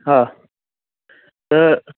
हा त